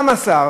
גם השר.